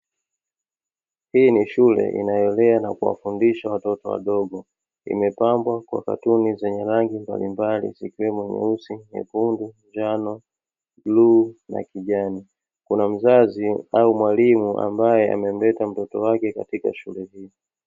Hii ni shule inayolea na kuwafundisha watoto wadogo, imepambwa kwa katuni zenye rangi mbalimbali zikiwemo: nyeusi, nyekundu, njano, bluu na kijani. Kuna mzazi au mwalimu ambaye amemleta mtoto wake katika shule hiyo.